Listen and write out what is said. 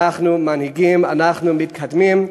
אנחנו מנהיגים ואנחנו מתקדמים.